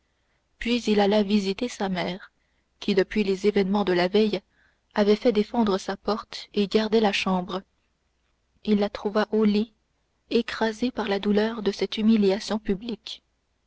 puis il alla visiter sa mère qui depuis les événements de la veille avait fait défendre sa porte et gardait la chambre il la trouva au lit écrasée par la douleur de cette humiliation publique